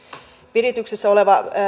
virityksessä oleva